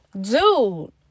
dude